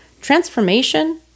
transformation